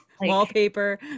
wallpaper